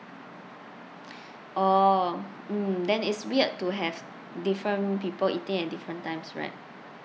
orh mm then it's weird to have different people eating at different times right